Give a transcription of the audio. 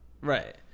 right